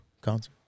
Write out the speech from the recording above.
concert